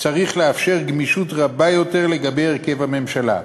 צריך לאפשר גמישות רבה יותר לגבי הרכב הממשלה.